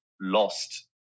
lost